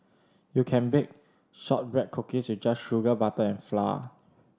you can bake shortbread cookies with just sugar butter and flour